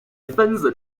分子